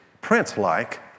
prince-like